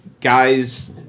guys